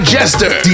Jester